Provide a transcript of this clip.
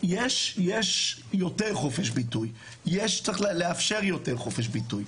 יש יותר חופש ביטוי, צריך לאפשר יותר חופש ביטוי.